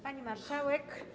Pani Marszałek!